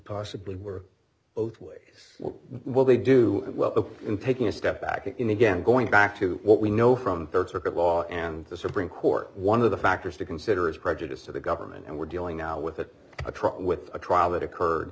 possibly work both ways while they do well in taking a step back in again going back to what we know from rd circuit law and the supreme court one of the factors to consider is prejudice to the government and we're dealing now with a truck with a trial that occurred